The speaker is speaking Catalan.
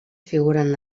figuren